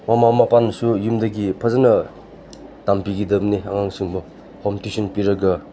ꯃꯃꯥ ꯃꯄꯥꯅꯁꯨ ꯌꯨꯝꯗꯒꯤ ꯐꯖꯅ ꯇꯝꯕꯤꯒꯗꯕꯅꯤ ꯑꯉꯥꯡꯁꯤꯡꯕꯨ ꯍꯣꯝ ꯇ꯭ꯌꯨꯁꯟ ꯄꯤꯔꯒ